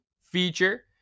feature